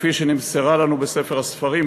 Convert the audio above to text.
כפי שנמסרה לנו בספר הספרים,